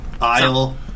aisle